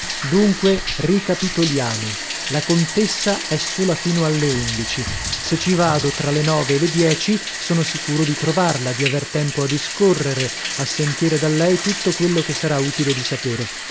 dunque ricapitoliamo la contessa è sola fino alle undici se ci vado tra le nove e le dieci sono sicuro di trovarla di aver tempo a discorrere a sentire da lei tutto quello che sarà utile di sapere